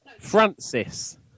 Francis